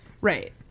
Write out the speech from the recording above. Right